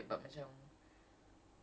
oh ya that's true